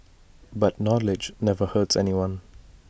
but knowledge never hurts anyone